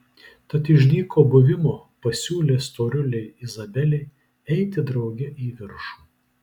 tad iš dyko buvimo pasiūlė storulei izabelei eiti drauge į viršų